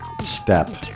Step